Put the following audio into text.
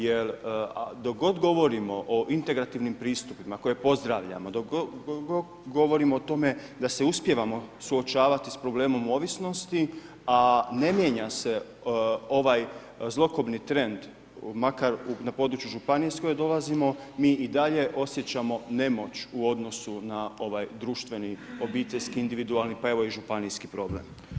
Jer dok god govorimo o integrativnim pristupima koje pozdravljam, dok god govorimo o tome da se uspijevamo suočavati sa problemom ovisnosti a ne mijenja se ovaj zlokobni trend makar na području županije iz koje dolazimo, mi i dalje osjećamo nemoć u odnosu na ovaj društveni obiteljski individualni pa evo i županijski problem.